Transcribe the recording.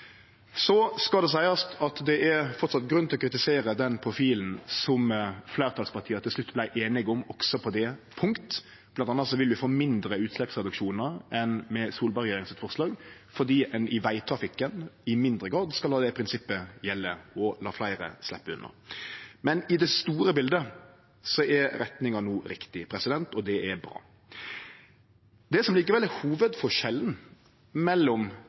Det skal seiast at det framleis er grunn til å kritisere den profilen som fleirtalspartia til slutt vart einige om, også på det punktet. Blant anna vil vi få mindre utsleppsreduksjonar enn med forslaget frå Solberg-regjeringa fordi ein i vegtrafikken i mindre grad skal la det prinsippet gjelde, og lèt fleire sleppe unna. Men i det store biletet er retninga no rett, og det er bra. Det som likevel er